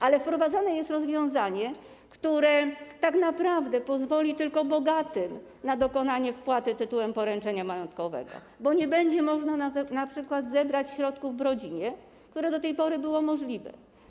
Ale wprowadzane jest rozwiązanie, które tak naprawdę pozwoli tylko bogatym na dokonanie wpłaty tytułem poręczenia majątkowego, bo nie będzie można np. zebrać środków w rodzinie, co do tej pory było możliwe.